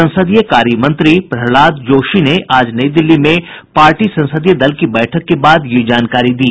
संसदीय कार्यमंत्री प्रहलाद जोशी ने आज नई दिल्ली में पार्टी संसदीय दल की बैठक के बाद यह जानकारी दी